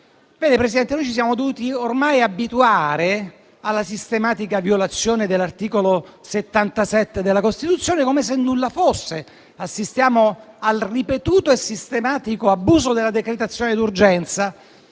noi ci siamo dovuti ormai abituare alla sistematica violazione dell'articolo 77 della Costituzione come se nulla fosse. Assistiamo al ripetuto e sistematico abuso della decretazione d'urgenza